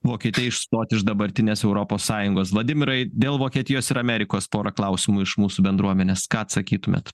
vokietijai išstoti iš dabartinės europos sąjungos vladimirai dėl vokietijos ir amerikos pora klausimų iš mūsų bendruomenės ką atsakytumėt